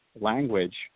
language